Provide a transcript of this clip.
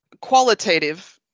qualitative